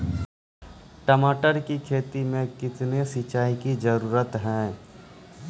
टमाटर की खेती मे कितने सिंचाई की जरूरत हैं?